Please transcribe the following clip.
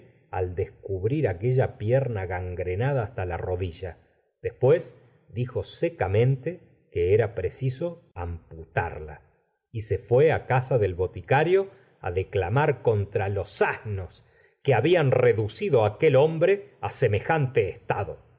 al descubrir aquella pierna gangrenarla h'l sta la rodilla después dijo secamente que era preciso amputarla y se fué á casa del boticario á declamar contra los asnos que habían reducido á aquel hombre á semejante estado